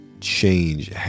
change